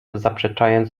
zaprzeczając